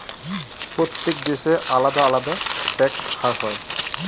প্রত্যেক দেশে আলাদা আলাদা ট্যাক্স হার হয়